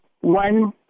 one